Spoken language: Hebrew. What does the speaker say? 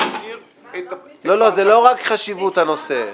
מכיר את --- זה לא רק חשיבות הנושא.